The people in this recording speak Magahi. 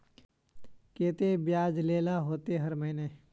केते बियाज देल ला होते हर महीने?